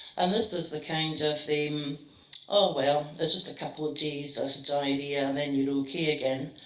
and this is the kind of oh, well, there's just a couple of days of diarrhoea, and then you're ok again.